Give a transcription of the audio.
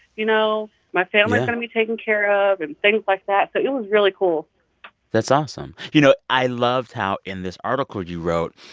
you know, my family's. yeah. going to be taken care of and things like that. so it was really cool that's awesome. you know, i loved how, in this article you wrote,